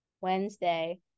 Wednesday